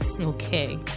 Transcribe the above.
Okay